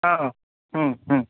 ହଁ